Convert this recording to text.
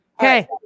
Okay